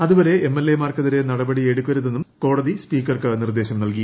അതുവരെ M L A മാർക്കെതിരെ നടപടി എടുക്കരുതെന്നും കോടതി സ്പീക്കർക്ക് നിർദേശം നൽകി